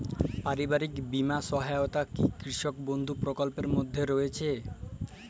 পারিবারিক বীমা সহায়তা কি কৃষক বন্ধু প্রকল্পের মধ্যে রয়েছে?